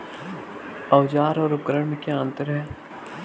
औज़ार और उपकरण में क्या अंतर है?